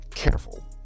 careful